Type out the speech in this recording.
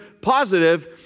positive